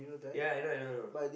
ya I know I know know